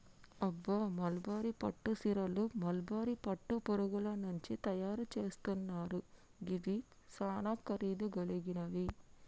అబ్బ మల్బరీ పట్టు సీరలు మల్బరీ పట్టు పురుగుల నుంచి తయరు సేస్తున్నారు గివి సానా ఖరీదు గలిగినవి